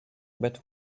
but